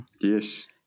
Yes